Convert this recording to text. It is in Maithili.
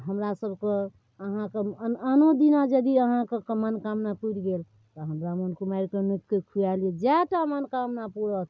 तऽ हमरा सब कऽ अहाँ कऽ आनो दिना जदी आहाँके मनोकामना पुरि गेल तऽ अहाँ ब्राह्मण कुमारिके नोति कऽ खुआए लिए जएटा मनोकामना पुरत